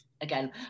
again